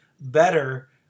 better